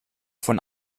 von